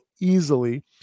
easily